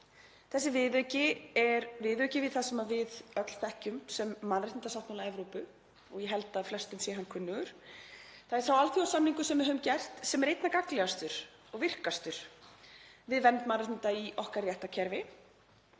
Þessi viðauki er viðauki við það sem við öll þekkjum sem mannréttindasáttmála Evrópu og ég held að flestum sé hann kunnugur. Það er sá alþjóðasamningur sem við höfum gert sem er einna gagnlegastur og virkastur við vernd mannréttinda í okkar réttarkerfi.